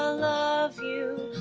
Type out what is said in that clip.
ah love you